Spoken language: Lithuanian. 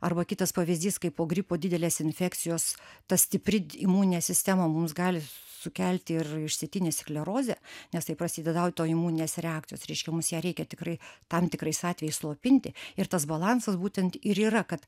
arba kitas pavyzdys kai po gripo didelės infekcijos ta stipri imuninė sistema mums gali sukelti ir išsėtinę sklerozę nes taip prasideda autoimuninės reakcijos reiškia mums ją reikia tikrai tam tikrais atvejais slopinti ir tas balansas būtent ir yra kad